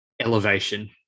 elevation